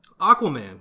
Aquaman